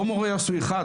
לא מורה אחד,